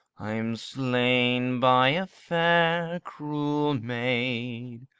i am slain by a fair cruel maid.